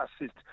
assist